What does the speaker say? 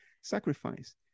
sacrifice